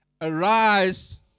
arise